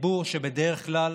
ציבור שבדרך כלל